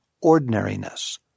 ordinariness